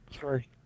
Sorry